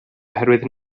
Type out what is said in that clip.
oherwydd